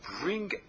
bring